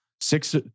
Six